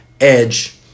edge